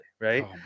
right